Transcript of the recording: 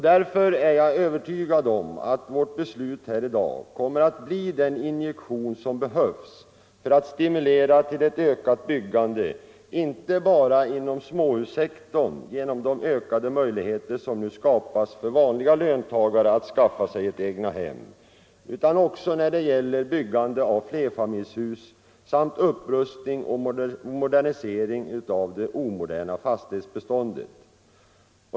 Därför är jag övertygad om att vårt beslut här i dag kommer att bli den injektion som behövs för att stimulera till ett ökat byggande inte bara inom småhussektorn genom de ökade möjligheter som nu skapas för vanliga löntagare att skaffa sig ett egnahem utan också när det gäller byggande av flerfamiljshus samt upprustning och modernisering av det omoderna fastighetsbeståndet.